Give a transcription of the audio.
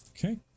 Okay